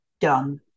done